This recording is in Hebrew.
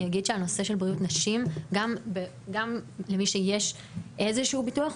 אני אגיד שהנושא של בריאות נשים גם למי שיש איזשהו ביטוח,